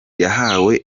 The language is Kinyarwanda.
yahawe